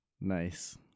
Nice